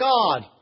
God